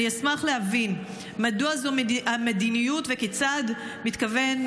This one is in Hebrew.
אשמח להבין מדוע זו המדיניות וכיצד אתה מתכוון,